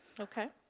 okay.